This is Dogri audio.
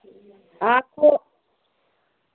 आं ते